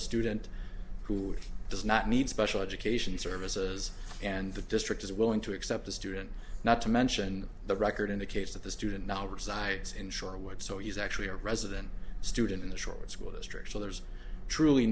a student who does not need special education services and the district is willing to accept the student not to mention the record in the case of the student not resides in sure what so he's actually a resident student in the short school district so there's truly